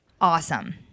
awesome